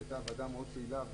שהייתה ועדה מאוד פעילה.